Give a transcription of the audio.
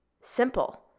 simple